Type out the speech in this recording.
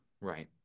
right